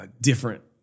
different